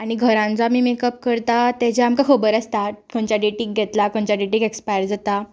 आनी घरान जो आमी मेकअप करता तेजें आमकां खबर आसता खंयच्या डेटीक घेतला खंयच्या डेटीक एक्सपायर जाता